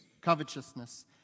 covetousness